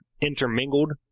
intermingled